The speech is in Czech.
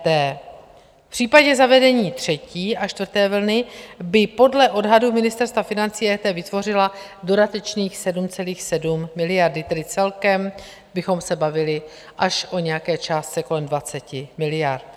V případě zavedení třetí a čtvrté vlny by podle odhadu Ministerstva financí EET vytvořila dodatečných 7,7 miliardy, tedy celkem bychom se bavili až o nějaké částce kolem 20 miliard.